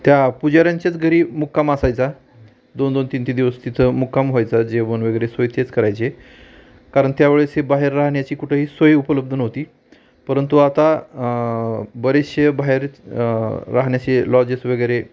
त्या पुजाऱ्यांचेच घरी मुक्काम असायचा दोन दोन तीन ते दिवस तिथं मुक्काम व्हायचा जेवण वगैरे सोय तेच करायचे कारण त्यावेळेस ही बाहेर राहण्याची कुठंही सोय उपलब्ध नव्हती परंतु आता बरेचसे बाहेर राहण्याचे लॉजेस वगैरे